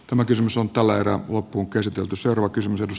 tämä kysymys on tällä erää loppuun käsitelty ajatellen